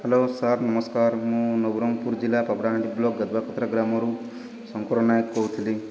hello sir ନମସ୍କାର ମୁଁ ନବରଙ୍ଗପୁର ଜିଲ୍ଲା ପପଡ଼ାହାଣ୍ଡି ବ୍ଲକ ଗଦବାକତ୍ର ଗ୍ରାମରୁ ଶଙ୍କର ନାୟକ କହୁଥିଲି